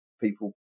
people